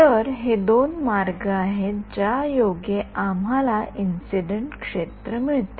तर हे दोन मार्ग आहेत ज्यायोगे आम्हाला इंसिडेन्ट क्षेत्र मिळते